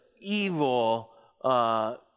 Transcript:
evil